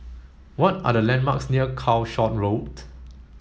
what are the landmarks near Calshot Road